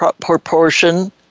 proportion